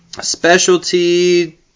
specialty